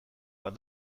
bat